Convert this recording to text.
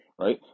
Right